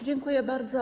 Dziękuję bardzo.